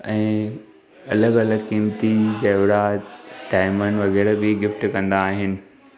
ऐं अलॻि अलॻि कीमती जैवरात डाइमंड वग़ैरह बि गिफ़्ट कंदा आहिनि